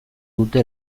dute